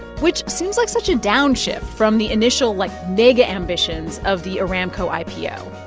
which seems like such a downshift from the initial, like, mega ambitions of the aramco ipo.